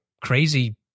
crazy